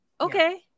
Okay